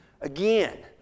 again